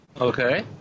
Okay